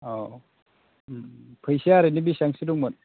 औ फैसाया ओरैनो बेसेबांसो दंमोन